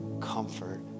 comfort